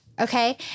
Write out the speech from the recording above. Okay